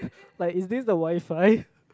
like is this the WiFi